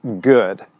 good